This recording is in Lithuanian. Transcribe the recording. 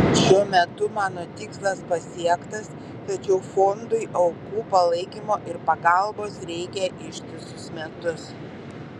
šiuo metu mano tikslas pasiektas tačiau fondui aukų palaikymo ir pagalbos reikia ištisus metus